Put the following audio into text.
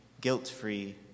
guilt-free